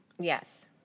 Yes